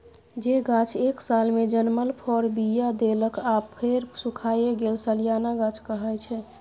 जे गाछ एक सालमे जनमल फर, बीया देलक आ फेर सुखाए गेल सलियाना गाछ कहाइ छै